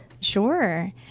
Sure